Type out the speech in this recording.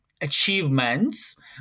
achievements